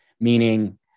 Meaning